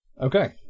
Okay